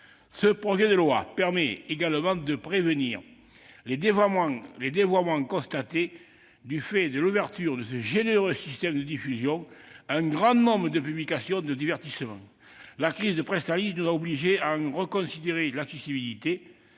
Ce projet de loi permet également de prévenir les dévoiements constatés du fait de l'ouverture de ce généreux système de diffusion à un grand nombre de publications de divertissement. La crise de Presstalis nous a imposé de reconsidérer l'accessibilité,